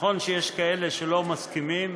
נכון שיש כאלה שלא מסכימים,